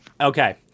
Okay